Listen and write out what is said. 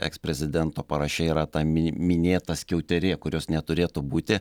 eksprezidento paraše yra ta mi minėta skiauterė kurios neturėtų būti